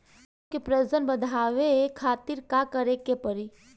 गेहूं के प्रजनन बढ़ावे खातिर का करे के पड़ी?